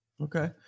Okay